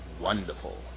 wonderful